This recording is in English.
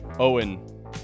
Owen